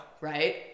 right